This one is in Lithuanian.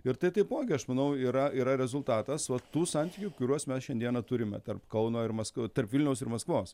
ir tai taipogi aš manau yra yra rezultatas vat tų santykių kuriuos mes šiandieną turime tarp kauno ir mask tarp vilniaus ir maskvos